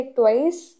twice